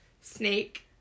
Snake